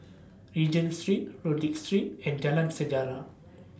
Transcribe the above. Regent Street Rodyk Street and Jalan Sejarah